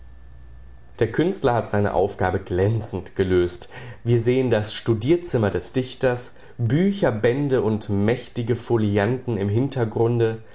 der künstler hat seine aufgabe glänzend gelöst wir sehen das studierzimmer des dichters bücherbände und mächtige folianten im hintergrunde